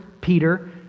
Peter